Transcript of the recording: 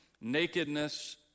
nakedness